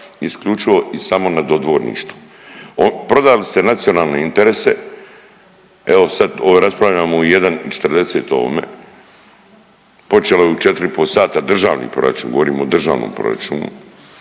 isključivo i samo na dodvorništvo. Prodali ste nacionalne interese, evo sad ovo raspravljamo u 1 i 40 o ovome, počelo je u 4 i po sata državni proračun, govorimo o državnom proračunu,